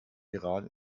iran